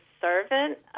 servant